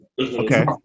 Okay